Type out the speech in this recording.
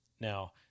Now